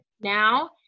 now